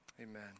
Amen